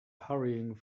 hurrying